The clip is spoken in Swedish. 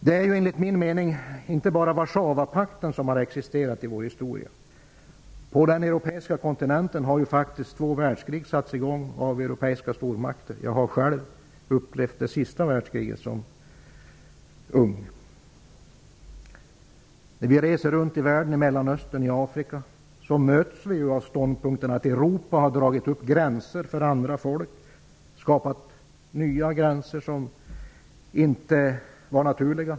Det är enligt min mening inte bara Warszawapakten som har existerat i vår historia. På den europeiska kontinenten har faktiskt två världskrig satts i gång av europeiska stormakter. Jag har själv som ung upplevt det senaste världskriget. När vi reser runt i världen, i Mellanöstern och Afrika, möts vi av ståndpunkten att Europa har dragit upp gränser för andra folk -- gränser som inte har varit naturliga.